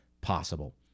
possible